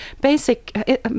basic